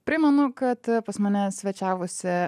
primenu kad pas mane svečiavosi